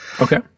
okay